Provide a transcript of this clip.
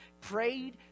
prayed